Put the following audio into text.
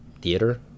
Theater